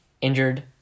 Injured